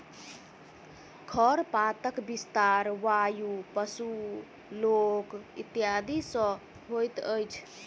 खरपातक विस्तार वायु, पशु, लोक इत्यादि सॅ होइत अछि